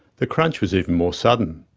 the crunch was even more sudden.